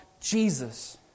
Jesus